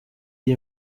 iri